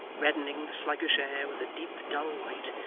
reddening the sluggish air with a deep dull light,